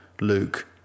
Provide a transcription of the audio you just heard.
Luke